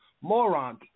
moron